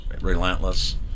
relentless